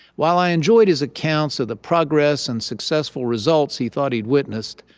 while i enjoyed his accounts of the progress and successful results he thought he'd witnessed,